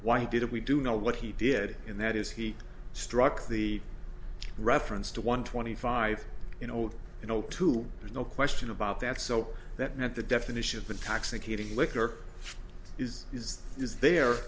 why didn't we do know what he did and that is he struck the reference to one twenty five you know old you know two there's no question about that so that not the definition of the toxic eating liquor is is is there